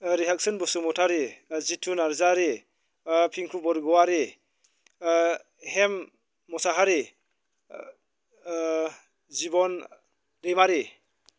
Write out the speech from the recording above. Rihakson Basumatary Jithu Narzary Pinku Borgoyary Hem Mushahary Jiban Daimary